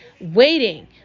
waiting